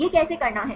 यह कैसे करना है